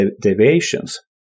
deviations